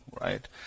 right